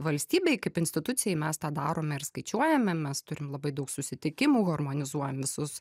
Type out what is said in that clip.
valstybei kaip institucijai mes tą darome ir skaičiuojame mes turim labai daug susitikimų harmonizuojam visus